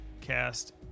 cast